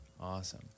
Awesome